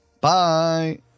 Bye